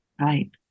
right